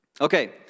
Okay